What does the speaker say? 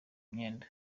myenda